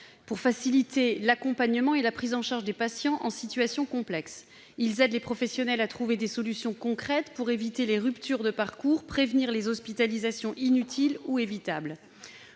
pour faciliter l'accompagnement et la prise en charge des patients en situation complexe. Ils aident les professionnels à trouver des solutions concrètes afin d'éviter les ruptures de parcours et de prévenir les hospitalisations inutiles ou évitables.